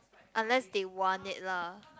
unless they want it lah